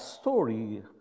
story